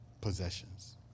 possessions